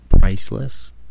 Priceless